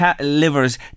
livers